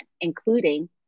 including